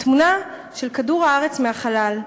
התמונה של כדור-הארץ מהחלל,